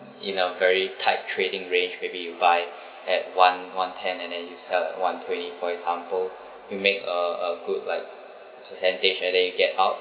in a very tight trading range maybe you buy at one one ten and then you sell at one twenty for example you make a a good like percentage and then you get out